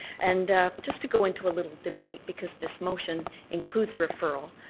and just to go into a little debate, because this motion includes a referral,